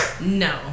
No